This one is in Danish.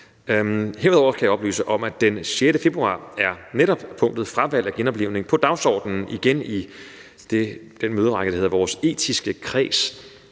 Herudover kan jeg oplyse, at den 6. februar er netop punktet om fravalg af genoplivning igen på dagsordenen i møderækken i den etiske kreds.